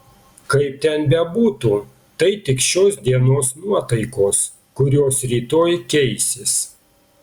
kaip ten bebūtų tai tik šios dienos nuotaikos kurios rytoj keisis